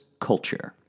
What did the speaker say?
Culture